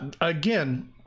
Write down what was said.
Again